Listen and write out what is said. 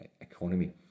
economy